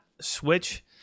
switch